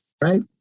right